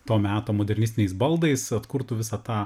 to meto modernistiniais baldais atkurtų visą tą